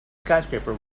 skyscraper